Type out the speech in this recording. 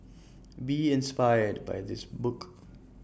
be inspired by this book